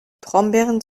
brombeeren